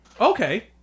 Okay